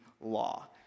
law